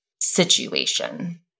situation